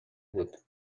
بود